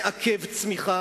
מעכב צמיחה.